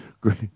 great